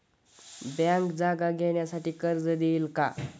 Bank जागा घेण्यासाठी कर्ज देईल का?